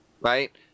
right